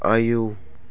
आयौ